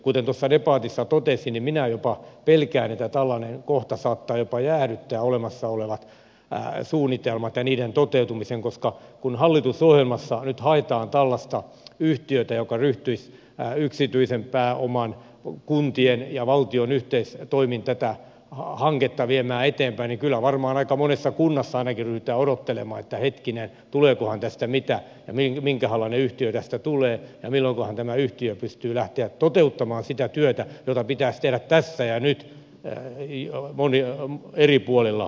kuten tuossa debatissa totesin niin minä jopa pelkään että tällainen kohta saattaa jopa jäädyttää olemassa olevat suunnitelmat ja niiden toteutumisen koska kun hallitusohjelmassa nyt haetaan tällaista yhtiötä joka ryhtyisi yksityisen pääoman kuntien ja valtion yhteistoimin tätä hanketta viemään eteenpäin niin kyllä varmaan aika monessa kunnassa ainakin ryhdytään odottelemaan että hetkinen tuleekohan tästä mitään ja minkähänlainen yhtiö tästä tulee ja milloinkohan tämä yhtiö pystyy lähtemään toteuttamaan sitä työtä jota pitäisi tehdä tässä ja nyt eri puolilla suomea